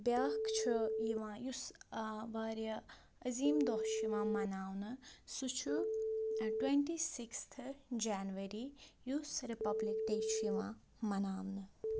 بیٛاکھ چھُ یِوان یُس آ واریاہ عظیٖم دۄہ چھُ یِوان مناونہٕ سُہ چھُ ٹُووَنٹی سِکِستھٕ جینؤری یُس صرف پَبلِک ڈے چھُ یِوان مناونہٕ